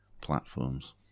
platforms